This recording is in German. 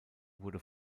wurde